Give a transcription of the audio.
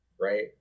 right